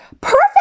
perfect